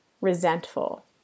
resentful